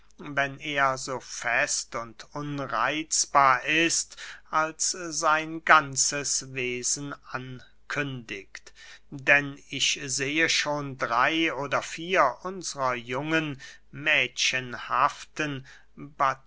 wenn er so fest und unreitzbar ist als sein ganzes wesen ankündigt denn ich sehe schon drey oder vier unsrer jungen